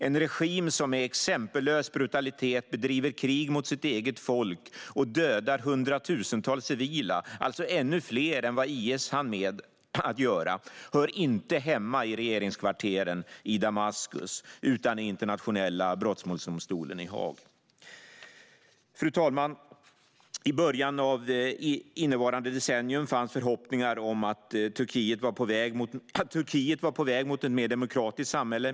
En regim som med exempellös brutalitet bedriver krig mot sitt eget folk och dödar hundratusentals civila, alltså ännu fler än vad IS hann göra, hör inte hemma i regeringskvarteren i Damaskus utan i Internationella brottmålsdomstolen i Haag. Fru talman! I början av innevarande decennium fanns förhoppningar om att Turkiet var på väg mot ett mer demokratiskt samhälle.